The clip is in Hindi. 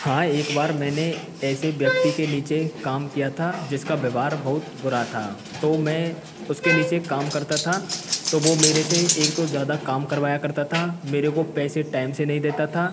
हाँ एक बार मैंने ऐसे व्यक्ति के नीचे काम किया था जिसका व्यवहार बहुत बुरा था तो मैं उसके नीचे काम करता था तो वो मेरे से एक तो ज़्यादा काम करवाया करता था मेरे को पैसे टाइम से नहीं देता था